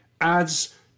adds